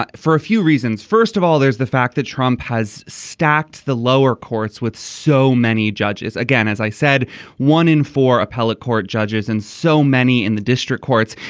but for a few reasons first of all there's the fact that trump has stacked the lower courts with so many judges. again as i said one in four appellate court judges and so many in the district courts.